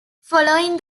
following